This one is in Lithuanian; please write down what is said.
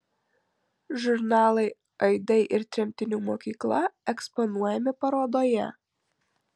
žurnalai aidai ir tremtinių mokykla eksponuojami parodoje